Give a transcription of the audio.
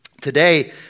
Today